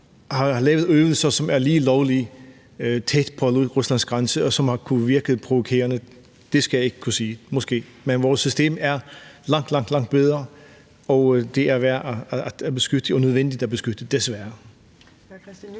har lavet øvelser, som var lige lovlig tæt på Ruslands grænse, og som har kunnet virket provokerende, skal jeg ikke kunne sige – måske! Men vores system er langt, langt bedre, og det er værd at beskytte og nødvendigt at beskytte, desværre.